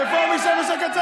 רפורמי, שב בשקט.